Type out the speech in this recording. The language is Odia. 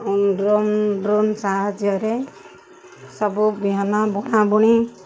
ଡ୍ରୋନ୍ ଡ୍ରୋନ୍ ସାହାଯ୍ୟରେ ସବୁ ବିହାନ ବୁଣାବୁଣି